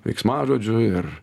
veiksmažodžių ir